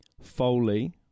Foley